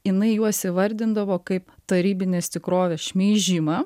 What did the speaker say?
jinai juos įvardindavo kaip tarybinės tikrovės šmeižimą